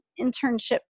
internship